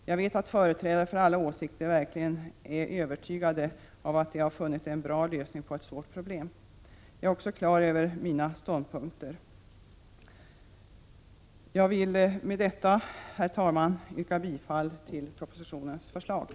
Jag vet att företrädare för alla åsikter verkligen är övertygade om att de har funnit en bra lösning på ett svårt problem. Jag är också på det klara med mina ståndpunkter. Jag vill med det anförda, herr talman, yrka bifall till utskottets hemställan.